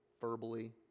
verbally